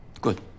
Good